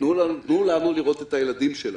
תנו לנו לראות את הילדים שלנו.